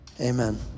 Amen